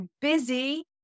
busy